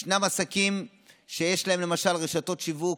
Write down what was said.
ישנם עסקים, למשל רשתות שיווק,